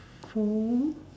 four